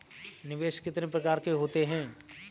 निवेश कितने प्रकार के होते हैं?